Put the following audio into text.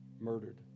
Murdered